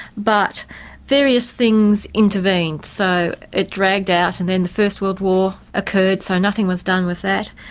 but various things intervened, so it dragged out and then the first world war occurred, so nothing was done with that.